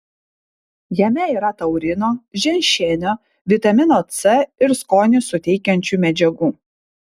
jame yra taurino ženšenio vitamino c ir skonį suteikiančių medžiagų